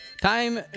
Time